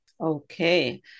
Okay